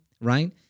right